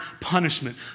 punishment